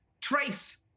trace